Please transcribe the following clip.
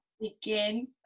begin